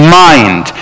mind